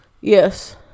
Yes